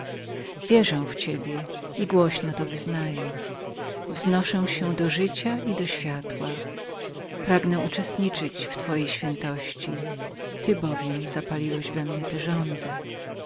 wierzę w ciebie i głośno to wyznaję wznoszę się do życia i do światła pragnę uczestniczyć do twojej świętości ty bowiem zapaliłeś we mnie tę żądzę